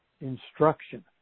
instruction